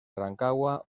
rancagua